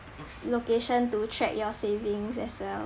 location to track your savings as well